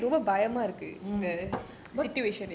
but